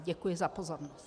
Děkuji za pozornost.